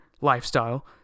lifestyle